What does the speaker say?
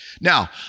Now